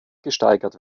gesteigert